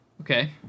Okay